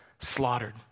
slaughtered